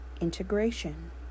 integration